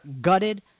gutted